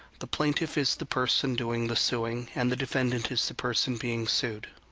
the plaintiff is the person doing the suing, and the defendant is the person being sued.